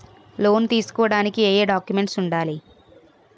Loan తీసుకోడానికి ఏయే documents వుండాలి?